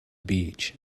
beach